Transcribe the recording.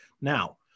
now